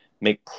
make